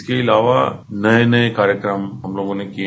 इसके अलावा नये नये कार्यक्रम हम लोगों ने किये